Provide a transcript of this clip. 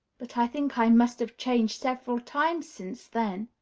but i think i must have changed several times since then.